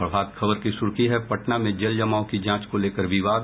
प्रभात खबर की सुर्खी है पटना में जल जमाव की जांच को लेकर विवाद